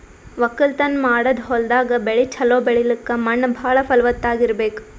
ವಕ್ಕಲತನ್ ಮಾಡದ್ ಹೊಲ್ದಾಗ ಬೆಳಿ ಛಲೋ ಬೆಳಿಲಕ್ಕ್ ಮಣ್ಣ್ ಭಾಳ್ ಫಲವತ್ತಾಗ್ ಇರ್ಬೆಕ್